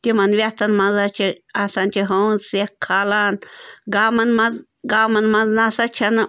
تِمَن وٮ۪تھَن منٛز حظ چھِ آسان چھِ ہٲنز سٮ۪کھ کھالان گامَن منٛز گامَن منٛز نَسا چھنہٕ